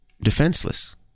defenseless